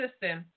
system